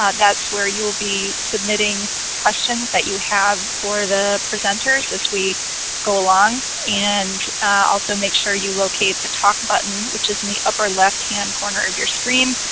ah that's where you'll be submitting questions that you have for the presenters as we go along, and also make sure you locate the talk button which is in the upper left hand corner of your screen,